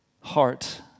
heart